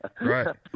Right